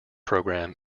program